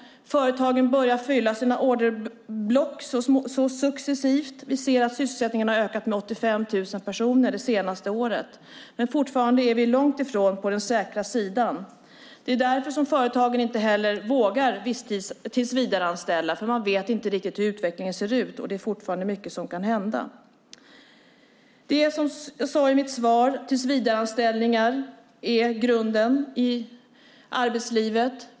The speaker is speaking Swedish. Företagen börjar successivt fylla sina orderblock. Vi ser att sysselsättningen har ökat med 85 000 personer under det senaste året. Men fortfarande är vi långt ifrån på den säkra sidan. Det är därför som företagen inte heller vågar tillsvidareanställa eftersom de inte riktigt vet hur utvecklingen ser ut, och det är fortfarande mycket som kan hända. Som jag sade i mitt svar är tillsvidareanställningar grunden i arbetslivet.